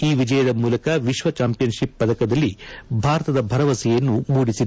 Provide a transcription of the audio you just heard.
ಈ ವಿಜಯದ ಮೂಲಕ ವಿಶ್ವ ಚಾಂಪಿಯನ್ಷಪ್ ಪದಕದಲ್ಲಿ ಭಾರತದ ಭರವಸೆಯನ್ನು ಮೂಡಿಸಿದ್ದಾರೆ